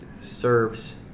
serves